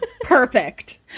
Perfect